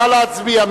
נא להצביע.